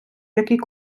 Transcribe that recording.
які